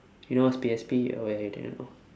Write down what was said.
you know what's P_S_P oh ya you didn't know